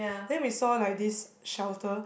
then we saw like this shelter